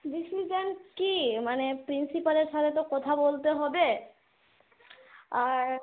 কে মানে প্রিন্সিপালের সাথে তো কথা বলতে হবে আর